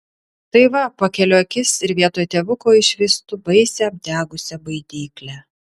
tai va pakeliu akis ir vietoj tėvuko išvystu baisią apdegusią baidyklę